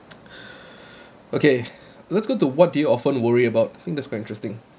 okay let's go to what do you often worry about think that's quite interesting